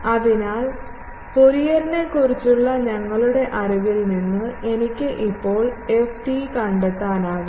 അതിനാൽ ഫ്യൂറിയറിനെക്കുറിച്ചുള്ള ഞങ്ങളുടെ അറിവിൽ നിന്ന് എനിക്ക് ഇപ്പോൾ ft കണ്ടെത്താനാകും